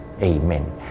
amen